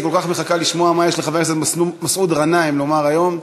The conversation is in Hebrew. היא כל כך מחכה לשמוע מה יש לחבר הכנסת מסעוד גנאים לומר היום,